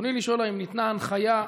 התנחלויות,